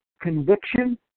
conviction